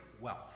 wealth